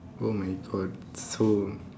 oh my god so